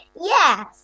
Yes